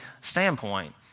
standpoint